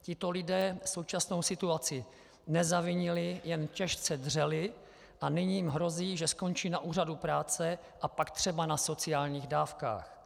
Tito lidé současnou situaci nezavinili, jen těžce dřeli a nyní jim hrozí, že skončí na úřadu práce a pak třeba na sociálních dávkách.